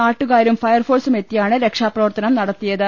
നാട്ടുകാരും ഫയർഫോഴ് സുമെത്തിയാണ് രക്ഷാപ്രവർത്തനം നടത്തിയത്